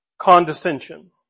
Condescension